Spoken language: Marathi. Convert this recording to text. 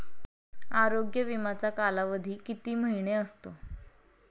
आरोग्य विमाचा कालावधी किती महिने असतो?